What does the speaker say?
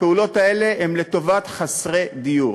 הפעולות האלה הן לטובת חסרי דיור: